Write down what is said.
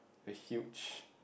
is huge